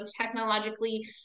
technologically